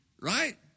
right